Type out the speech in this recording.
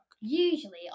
Usually